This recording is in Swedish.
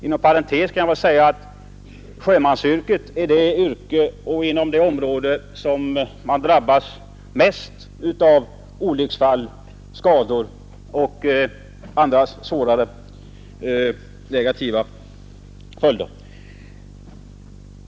Inom parentes kan jag nämna att sjömansyrket ändå är det yrke där man mest drabbas av olycksfall och skador med svårare följder.